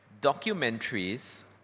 documentaries